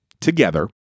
together